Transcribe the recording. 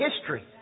history